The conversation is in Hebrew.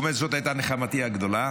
והוא אומר: זאת הייתה נחמתי הגדולה.